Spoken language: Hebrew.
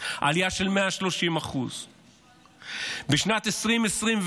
עלייה של 130%. בשנת 2024,